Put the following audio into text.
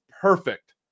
perfect